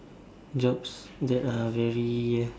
jobs that are very